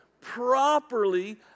properly